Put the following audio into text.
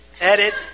Edit